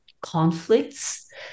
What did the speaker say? conflicts